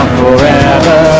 forever